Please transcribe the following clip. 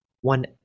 One